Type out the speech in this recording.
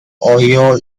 ohio